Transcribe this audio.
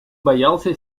боялся